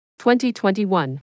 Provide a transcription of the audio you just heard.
2021